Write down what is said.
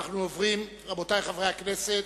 רבותי חברי הכנסת,